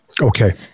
Okay